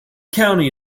county